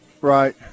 Right